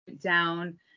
down